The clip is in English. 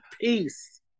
peace